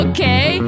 Okay